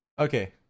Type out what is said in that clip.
Okay